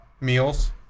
meals